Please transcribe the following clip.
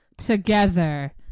together